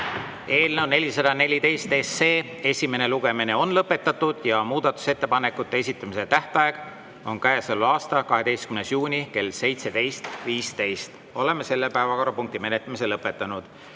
Eelnõu 414 esimene lugemine on lõpetatud. Muudatusettepanekute esitamise tähtaeg on käesoleva aasta 12. juuni kell 17.15. Oleme selle päevakorrapunkti menetlemise lõpetanud.